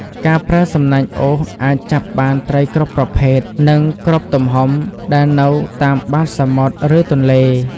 ការប្រើសំណាញ់អូសអាចចាប់បានត្រីគ្រប់ប្រភេទ និងគ្រប់ទំហំដែលនៅតាមបាតសមុទ្រ ឬទន្លេ។